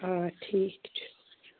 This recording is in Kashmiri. آ ٹھیٖک چھُ